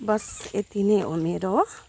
बस यति नै हो मेरो